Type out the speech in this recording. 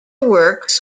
works